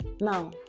Now